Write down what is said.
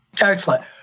Excellent